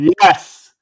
yes